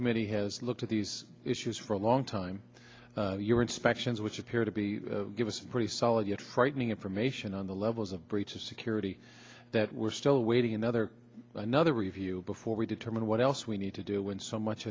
committee has looked at these issues for a long time your inspections which appear to be give us pretty solid frightening information on the levels of breach of security that we're still awaiting another another review before we determine what else we need to do when so much